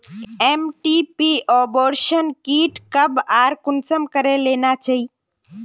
MTP abortion kit कब आर कुंसम करे लेना चही?